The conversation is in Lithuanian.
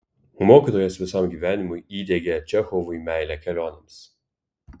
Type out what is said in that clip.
mokytojas visam gyvenimui įdiegė čechovui meilę kelionėms